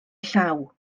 llaw